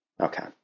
Okay